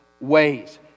ways